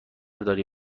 داری